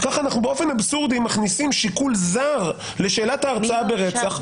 וכך אנחנו באופן אבסורדי מכניסים שיקול זר לשאלת ההרשעה ברצח.